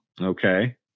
Okay